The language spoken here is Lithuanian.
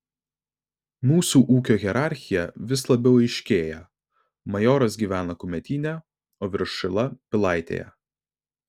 mūsų ūkio hierarchija vis labiau aiškėja majoras gyvena kumetyne o viršila pilaitėje